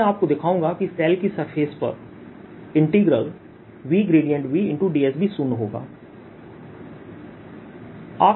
अब मैं आपको दिखाऊंगा कि शेल की सरफेस पर VVdS भी शून्य होगा